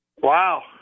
Wow